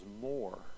more